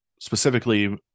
specifically